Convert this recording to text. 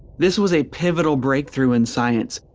this was a pivotal breakthrough in science,